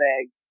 eggs